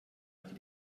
die